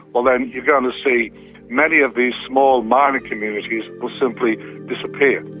ah then you're going to see many of these small mining communities simply disappear.